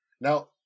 Now